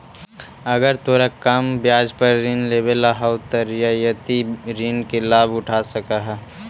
अगर तोरा कम ब्याज पर ऋण लेवेला हउ त रियायती ऋण के लाभ उठा सकऽ हें